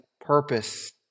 purpose